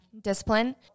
Discipline